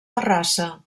terrassa